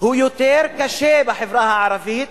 הוא יותר קשה בחברה הערבית